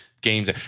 games